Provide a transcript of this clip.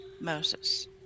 Moses